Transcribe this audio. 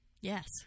Yes